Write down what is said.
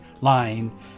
lying